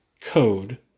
code